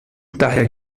daher